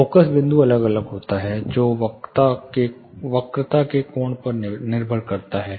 focus बिंदु अलग अलग होता है जो वक्रता के कोण पर निर्भर करता है